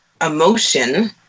emotion